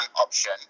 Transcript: option